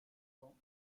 camps